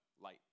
Light